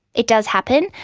it does happen,